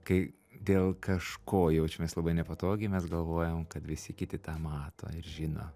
kai dėl kažko jaučiamės labai nepatogiai mes galvojam kad visi kiti tą mato ir žino